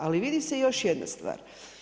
Ali, vidi se i još jedna stvar.